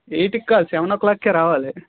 ఎయిటుకి కాదు సేవన్ ఓ క్లాక్కే రావాలి